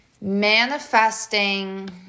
manifesting